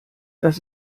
das